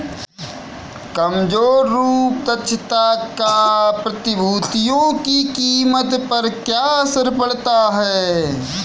कमजोर रूप दक्षता का प्रतिभूतियों की कीमत पर क्या असर पड़ता है?